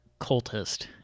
cultist